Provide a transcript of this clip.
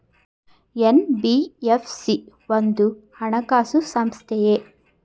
NBFC ಒಂದು ಹಣಕಾಸು ಸಂಸ್ಥೆಯೇ?